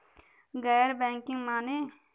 गैर बैंकिंग माने?